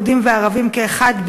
יהודים וערבים כאחד.